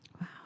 Wow